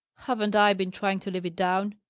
haven't i been trying to live it down?